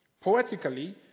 Poetically